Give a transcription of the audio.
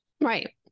Right